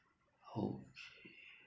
okay